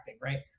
right